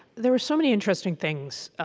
there were so many interesting things